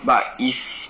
but is